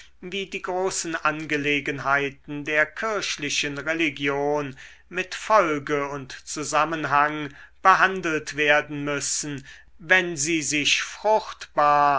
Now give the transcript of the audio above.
wie die großen angelegenheiten der kirchlichen religion mit folge und zusammenhang behandelt werden müssen wenn sie sich fruchtbar